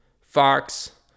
Fox